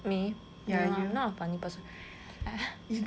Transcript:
me no I am not a funny person